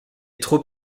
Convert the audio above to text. trop